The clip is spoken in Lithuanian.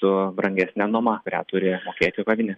su brangesne nuoma kurią turi apmokėti kavinė